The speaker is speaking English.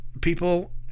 people